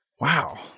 Wow